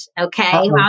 Okay